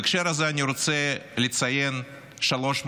בהקשר הזה אני רוצה לציין שלוש מטרות: